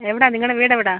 എവിടാണ് നിങ്ങടെ വീടെവിടാണ്